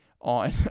on